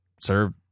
serve